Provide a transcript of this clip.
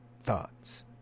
thoughts